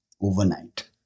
overnight